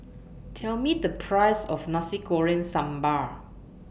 Tell Me The Price of Nasi Goreng Sambal